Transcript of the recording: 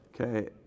Okay